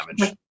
damage